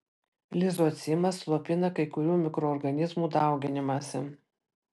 lizocimas slopina kai kurių mikroorganizmų dauginimąsi